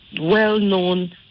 well-known